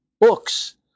books